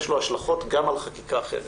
יש לכך השלכות גם על חקיקה אחרת.